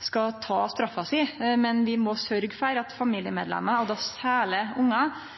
skal ta straffa si, men vi må sørgje for at